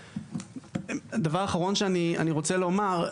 דבר אחרון שאני רוצה לומר.